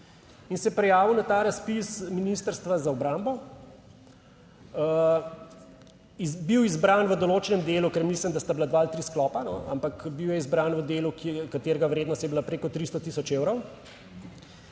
in se prijavil na ta razpis Ministrstva za obrambo, bil izbran v določenem delu, ker mislim, da sta bila dva ali tri sklope, ampak bil je izbran v delu, katerega vrednost je bila preko 300 tisoč evrov.